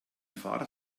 fahrrad